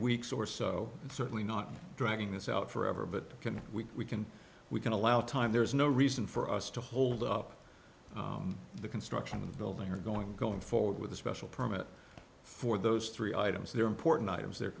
weeks or so and certainly not dragging this out forever but can we can we can allow time there is no reason for us to hold up the construction of the building or going going forward with a special permit for those three items there are important items the